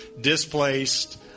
displaced